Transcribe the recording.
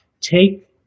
take